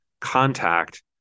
contact